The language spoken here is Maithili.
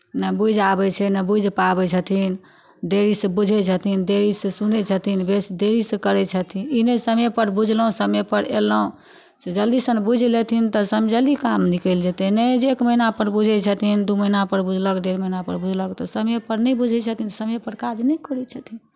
नहि बुझि आबै छै नहि बूझि पाबै छथिन देरीसँ बुझै छथिन देरीसँ सुनै छथिन देरीसँ करै छथिन ई नहि समयपर बुझलहुँ समयपर एलहुँ से जल्दीसँ नहि बुझि लेथिन तऽ सभ जल्दी काम निकलि जेतै नहि एक महीनापर बुझै छथिन दू महीनापर बुझलक डेढ़ महीनापर बुझलक ओ तऽ समयपर नहि बुझै छथिन समयपर काज नहि करै छथिन